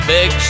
Big